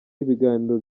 ibiganiro